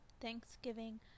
Thanksgiving